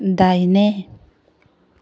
दाहिने